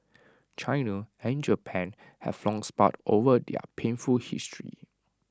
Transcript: China and Japan have long sparred over their painful history